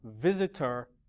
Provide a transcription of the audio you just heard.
visitor